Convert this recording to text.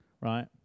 right